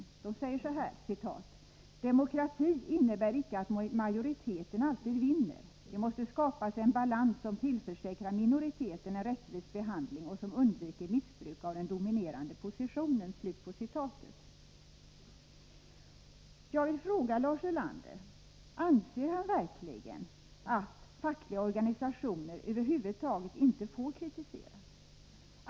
Man sade så här: ”Demokrati innebär icke att majoriteten alltid vinner: det måste skapas en balans som tillförsäkrar minoriteten en rättvis behandling och som undviker missbruk av den dominerande positionen.” Jag vill fråga Lars Ulander: Anser Lars Ulander verkligen att de fackliga organisationerna över huvud taget inte får kritiseras?